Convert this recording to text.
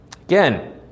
Again